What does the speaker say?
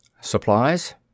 Supplies